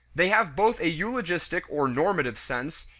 they have both a eulogistic or normative sense,